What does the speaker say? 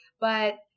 But-